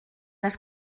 les